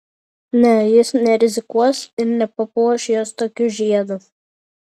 ne jis nerizikuos ir nepapuoš jos tokiu žiedu